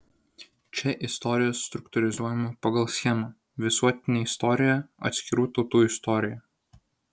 čia istorija struktūrizuojama pagal schemą visuotinė istorija atskirų tautų istorija